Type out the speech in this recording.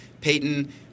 Peyton